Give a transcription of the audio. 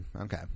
okay